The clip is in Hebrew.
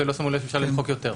ולא שמו לב שאפשר למחוק יותר,